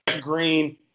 Green –